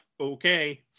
okay